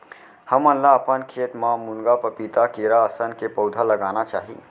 हमन ल अपन खेत म मुनगा, पपीता, केरा असन के पउधा लगाना चाही